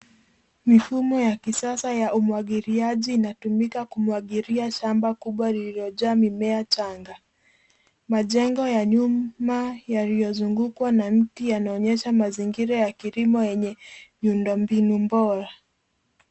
Mifumo ya kisasa ya umwagiliaji inatumika kumwagilia shamba kubwa lililojaa mimea changa. Majengo ya nyuma yaliyozungukwa na mti yanaonyesha mazingira ya kilimo yenye miundo mbinu bora.